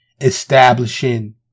establishing